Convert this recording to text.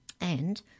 and